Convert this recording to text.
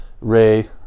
Ray